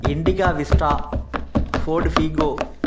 Indica Vista Ford ஃபீகோ